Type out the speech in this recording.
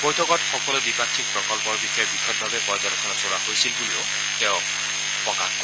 বৈঠকত সকলো দ্বিপাক্ষিক প্ৰকল্পৰ বিষয়ে বিশদভাৱে পৰ্যালোচনা চলোৱা হৈছিল বুলি তেওঁ প্ৰকাশ কৰে